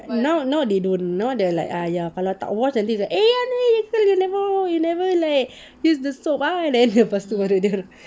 now now they don't now they're like ah ya kalau tak wash nanti eh you never wash you never like use the soap ah then lepas tu baru dorang